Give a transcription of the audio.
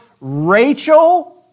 Rachel